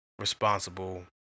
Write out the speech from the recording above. responsible